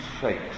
faith